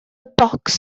bocs